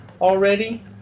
already